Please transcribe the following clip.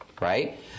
right